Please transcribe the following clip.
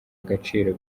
agaciro